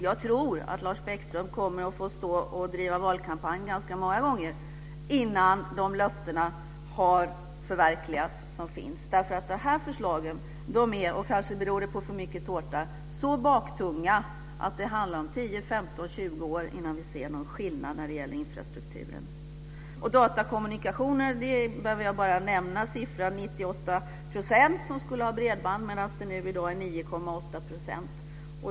Jag tror att Lars Bäckström kommer att få stå och driva valkampanj ganska många gånger innan de löften som finns har förverkligats, därför att dessa förslag är så baktunga - det kanske beror på för mycket tårta - att det handlar om 10, 15 eller 20 år innan vi ser någon skillnad när det gäller infrastrukturen. När det gäller datakommunikation behöver jag bara nämna siffran 98 % som skulle ha bredband, medan det i dag är 9,8 %.